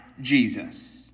Jesus